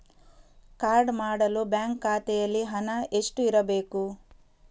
Card ಮಾಡಲು bank ಖಾತೆಯಲ್ಲಿ ಹಣ ಎಷ್ಟು ಇರಬೇಕು?